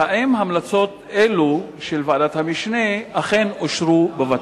3. האם המלצות אלו של ועדת המשנה אכן אושרו בות"ת?